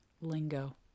lingo